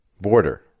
border